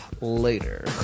later